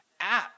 apps